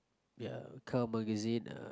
ya car magazine